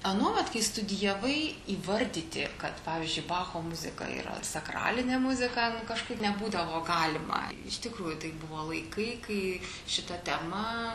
anuomet kai studijavai įvardyti kad pavyzdžiui bacho muzika yra sakralinė muzika kažkaip nebūdavo galima iš tikrųjų tai buvo laikai kai šita tema